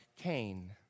Cain